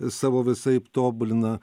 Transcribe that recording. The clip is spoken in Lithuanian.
savo visaip tobulina